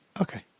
Okay